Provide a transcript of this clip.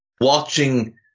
watching